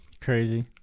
Crazy